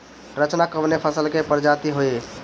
रचना कवने फसल के प्रजाति हयुए?